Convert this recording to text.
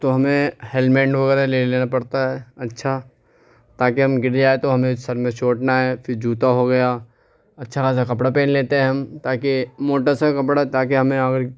تو ہمیں ہیلمیٹ وغیرہ لے لینا پڑتا ہے اچھا تا کہ ہم گرجائیں تو ہمیں سر میں چوٹ نہ آئے پھر جوتا ہوگیا اچّھا خاصہ کپڑا پہن لیتے ہیں ہم تا کہ موٹا سا کپڑا تا کہ ہمیں